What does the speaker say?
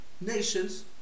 nations